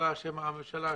15 שנה,